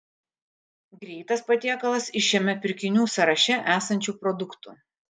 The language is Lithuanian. greitas patiekalas iš šiame pirkinių sąraše esančių produktų